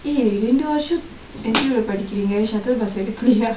eh ரெண்டு வர்ஷம்:rendu varsham N_T_U படிக்குறீங்க:padikkureengka shuttle bus எடுக்கலையா:edukkalaiyaa